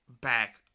back